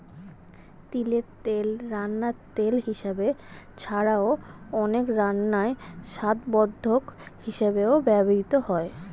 তিলের তেল রান্নার তেল হিসাবে ছাড়াও, অনেক রান্নায় স্বাদবর্ধক হিসাবেও ব্যবহৃত হয়